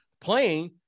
playing